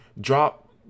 Drop